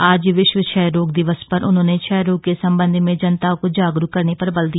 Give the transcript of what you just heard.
आज विश्व क्षय रोग दिवस पर उन्होंने क्षय रोग के संबंध में जनता को जागरूक करने पर बल दिया